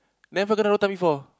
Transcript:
never kena rotan before